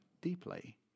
deeply